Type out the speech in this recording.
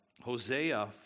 Hosea